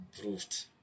proved